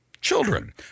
Children